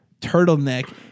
turtleneck